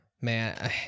man